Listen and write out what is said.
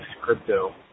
crypto